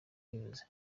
wabivuze